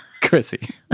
Chrissy